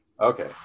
Okay